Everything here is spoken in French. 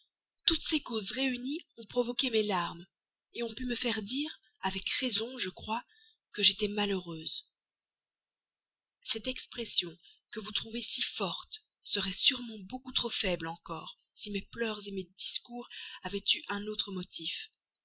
toutes ces causes réunies ont provoqué mes larmes on pu me faire dire avec raison je crois que j'étais malheureuse cette expression que vous trouvez si forte serait sûrement beaucoup trop faible encore si mes pleurs mes discours avaient eu un autre motif